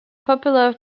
popular